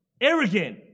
arrogant